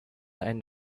end